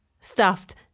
stuffed